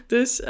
Dus